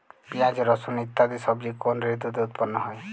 পিঁয়াজ রসুন ইত্যাদি সবজি কোন ঋতুতে উৎপন্ন হয়?